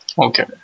Okay